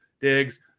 digs